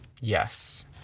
Yes